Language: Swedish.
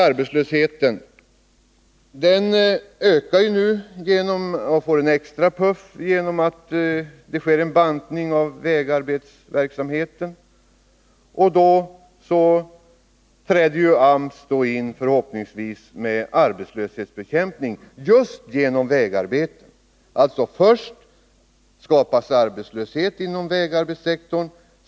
Arbetslösheten får nu en extra ”puff” genom att vägarbetsverksamheten bantas. Då träder förhoppningsvis AMS in med arbetslöshetsbekämpning just genom vägarbeten. Först skapas alltså arbetslöshet inom vägarbetssektorn.